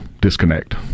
disconnect